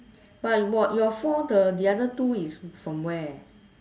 but your four is the the other two is from where